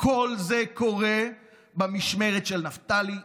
וכל זה קורה במשמרת של נפתלי בנט.